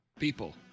people